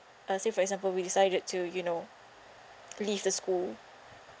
uh say for example we decided to you know leave the school